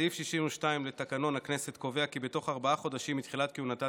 סעיף 62 לתקנון הכנסת קובע כי בתוך ארבעה חודשים מתחילת כהונתה,